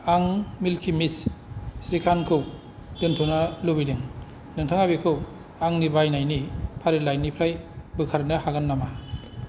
आं मिल्कि मिस्त श्रीखान्डखौ दोनथ'नो लुबैदों नोंथाङा बेखौ आंनि बायनायनि फारिलाइनिफ्राय बोखारनो हागोन नामा